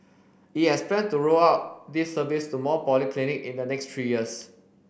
it has plan to roll out this service to more polyclinic in the next three years